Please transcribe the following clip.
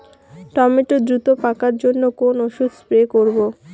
Tomato দ্রুত পাকার জন্য কোন ওষুধ স্প্রে করব?